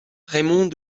raymond